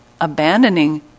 abandoning